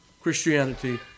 Christianity